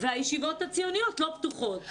והישיבות הציוניות לא פתוחות.